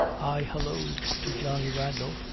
i halloo'd to johnny randall,